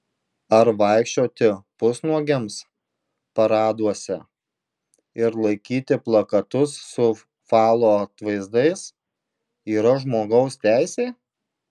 ar vaikščioti pusnuogiams paraduose ir laikyti plakatus su falo atvaizdais yra žmogaus teisė